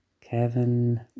Kevin